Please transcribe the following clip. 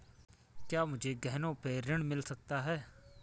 क्या मुझे गहनों पर ऋण मिल सकता है?